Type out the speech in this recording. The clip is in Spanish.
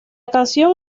canción